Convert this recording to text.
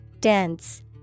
Dense